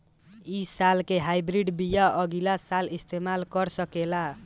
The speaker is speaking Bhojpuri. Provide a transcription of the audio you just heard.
इ साल के हाइब्रिड बीया अगिला साल इस्तेमाल कर सकेला?